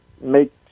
make